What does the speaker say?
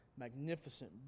magnificent